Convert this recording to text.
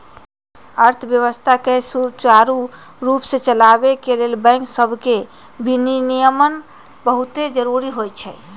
अर्थव्यवस्था के सुचारू रूप से चलाबे के लिए बैंक सभके विनियमन बहुते जरूरी होइ छइ